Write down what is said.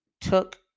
took